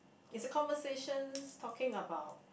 is a conversation talking about